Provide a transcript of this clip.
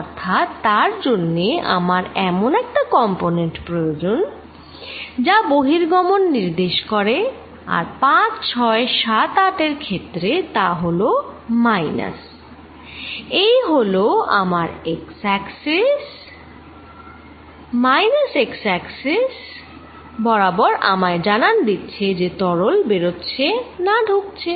তাহলে তার জন্যে আমার এমন একটা কম্পোনেন্ট প্রয়োজন যা বহির্গমন নির্দেশ করে আর 5 6 7 8 এর ক্ষেত্রে তা হলো মাইনাস এই হলো আমার x axis minus x axis বরাবর আমায় জানান দিচ্ছে যে তরল বেরোচ্ছে না ঢুকছে